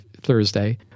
Thursday